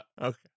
okay